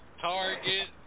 Target